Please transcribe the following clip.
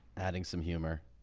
adding some humor,